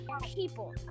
people